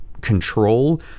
control